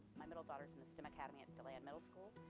my middle daughter's in the stem academy at deland middle school,